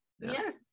Yes